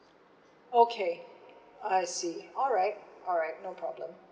okay I see alright alright no problem